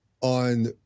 on